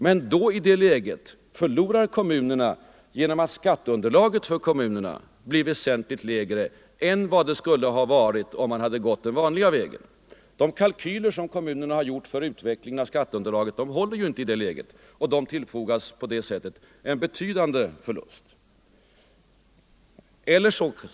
Men i det läget förlorar kommunerna på att skatteunderlaget blir väsentligt lägre än vad det skulle ha varit om man hade gått den vanliga vägen. De kalkyler som kommunerna har gjort för utvecklingen av skatteunderlaget håller inte i det läget, och kommunerna tillfogas därigenom en betydande förlust.